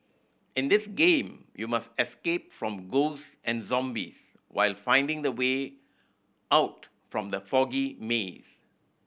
in this game you must escape from ghosts and zombies while finding the way out from the foggy maze